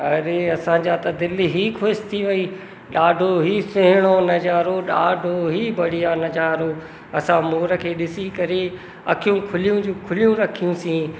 अड़े असांजा त दिलि ई ख़ुशि थी वई ॾाढो ई सुहिणो नज़ारो ॾाढो ई बढ़िया नज़ारो असां मोर खे ॾिसी करे अखियूं खुलियूं जूं खुलियूं रखियूसीं